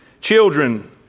Children